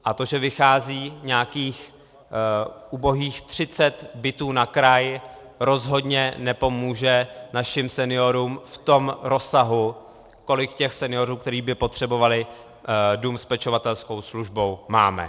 A to, že vychází nějakých ubohých 30 bytů na krajů, rozhodně nepomůže našim seniorům v rozsahu, kolik seniorů, kteří by potřebovali dům s pečovatelskou službou, máme.